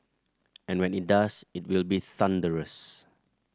and when it does it will be thunderous